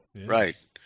Right